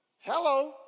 Hello